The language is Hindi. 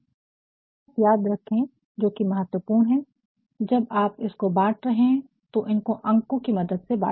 एक बात याद रखें जो कि महत्वपूर्ण है जब आप इसको बांट रहे हैं तो इनको अंकों की मदद से बांटे